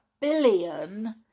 billion